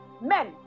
men